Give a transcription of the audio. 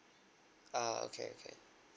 ah okay okay